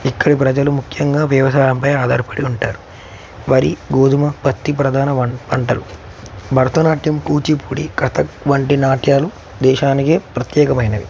ఇక్కడి ప్రజలు ముఖ్యంగా వ్యవసాయంపై ఆధారపడి ఉంటారు వరి గోధుమ పత్తి ప్రధాన వ పంటలు భరతనాట్యం కూచిపూడి కథక్ వంటి నాట్యాలు దేశానికె ప్రత్యేకమైనవి